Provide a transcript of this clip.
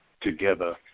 together